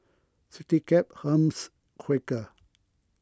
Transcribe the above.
CityCab Hermes Quaker